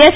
S